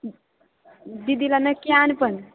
दीदीला नक्की आण पण